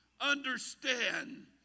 understand